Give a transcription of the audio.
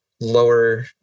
lower